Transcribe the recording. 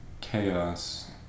chaos